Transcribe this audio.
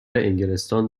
انگلستان